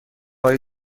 های